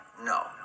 no